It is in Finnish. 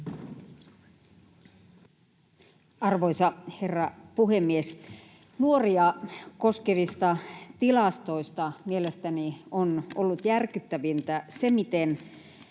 Arvoisa herra puhemies! Nuoria koskevissa tilastoissa mielestäni on ollut järkyttävintä se, miten